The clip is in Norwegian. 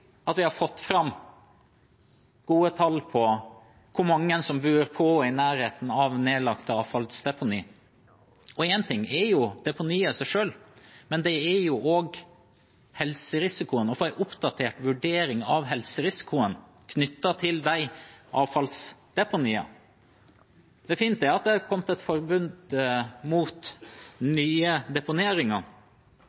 at vi har fått fram gode tall om hvor mange som bor på og i nærheten av nedlagte avfallsdeponi. Én ting er deponiene i seg selv, men dette handler jo også om helserisiko og det å få en oppdatert vurderingen av helserisikoen knyttet til avfallsdeponiene. Det er fint at det har kommet et forbud mot